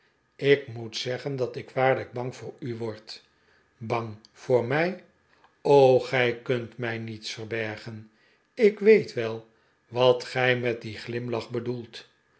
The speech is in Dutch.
ik moet zeggen dat ik waarlijk bang voor u word bang voor mij gij kunt mij niets verberpen ik weet wel wat gij met dien glimlach bedoelt